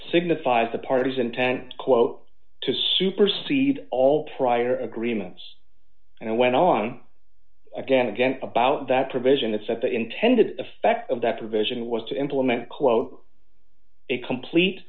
signifies the party's intent quote to supersede all prior agreements and i went on again again about that provision that set the intended effect of that provision was to implement quote a complete